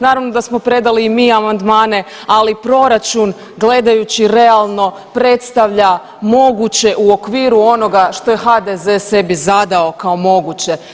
Naravno da smo predali i mi amandmane ali proračun gledajući realno predstavlja moguće u okviru onoga što je HDZ sebi zadao kao moguće.